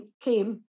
came